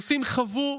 הנוסעים חוו